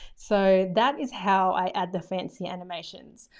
so that is how i add the fancy animations.